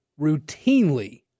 routinely